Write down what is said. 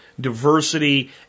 diversity